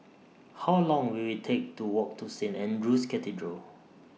How Long Will IT Take to Walk to Saint Andrew's Cathedral